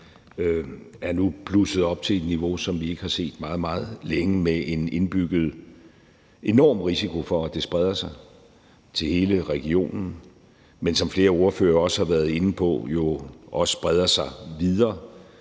er blusset op til et niveau, som vi ikke har set meget, meget længe, med en indbygget enorm risiko for, at det spreder sig til hele regionen, men jo også, som flere ordførere også har været inde på, spreder sig videre